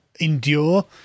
endure